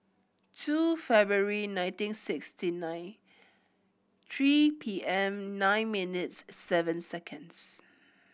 two February nineteen sixty nine three P M nine minutes seven seconds